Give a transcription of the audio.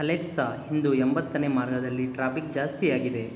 Alexa ಇಂದು ಎಂಬತ್ತನೇ ಮಾರ್ಗದಲ್ಲಿ ಟ್ರಾಫಿಕ್ ಜಾಸ್ತಿಯಾಗಿದೆ